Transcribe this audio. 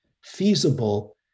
feasible